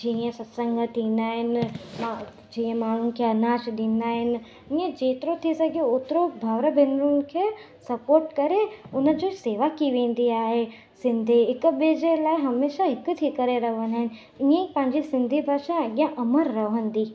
जीअं सतसंग थींदा आहिनि मां जीअं माण्हू खे अनाज ॾींदा आहिनि ईअं जेतिरो थी सघे ओतिरो भावरु भेनरुनि खे स्पोर्ट करे उन जो सेवा कई वेंदी आहे सिंधी हिक ॿिए जा लाइ हिकु थी करे रहंदा आहिनि ईअं ई पंहिंजी सिंधी भाषा अॻियां अमर रहंदी